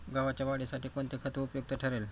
गव्हाच्या वाढीसाठी कोणते खत उपयुक्त ठरेल?